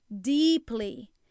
deeply